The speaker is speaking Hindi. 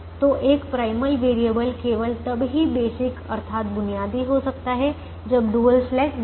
तो एक प्राइमल वैरिएबल केवल तब ही बेसिक अर्थात बुनियादी हो सकता है जब डुअल स्लैक 0 है